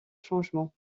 changements